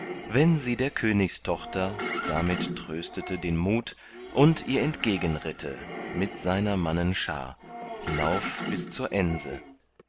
wenn sie der königstochter damit tröstete den mut und ihr entgegenritte mit seiner mannen schar hinauf bis zur ense